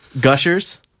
gushers